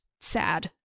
sad